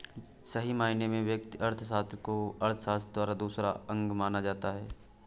सही मायने में व्यष्टि अर्थशास्त्र को अर्थशास्त्र का दूसरा अंग माना जाता है